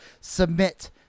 submit